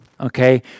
okay